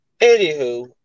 Anywho